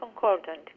concordant